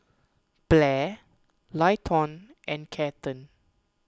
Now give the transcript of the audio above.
Blair Leighton and Kathern